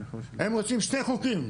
הם עושים שני חוקים,